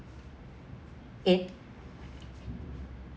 eight